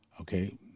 Okay